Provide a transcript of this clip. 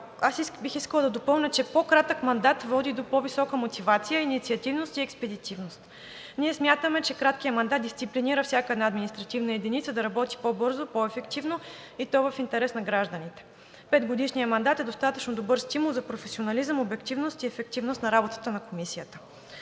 Аз бих искала да допълня, че по-кратък мандат води до по висока мотивация, инициативност и експедитивност. Ние смятаме, че краткият мандат дисциплинира всяка една административна единица да работи по бързо, по-ефективно, и то в интерес на гражданите. Петгодишният мандат е достатъчно добър стимул за професионализъм, обективност и ефективност в работата на Комисията.